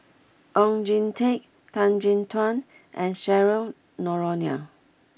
Oon Jin Teik Tan Chin Tuan and Cheryl Noronha